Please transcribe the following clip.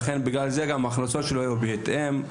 ובגלל זה ההכנסות שלו הם בהתאם,